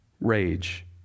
rage